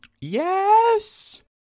Yes